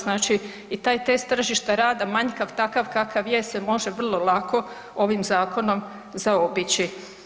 Znači i taj test tržišta rada manjkav takav kakav je se može vrlo lako ovim zakon zaobići.